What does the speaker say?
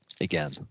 Again